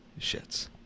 shits